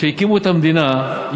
כשהקימו את המדינה,